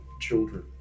children